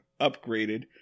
upgraded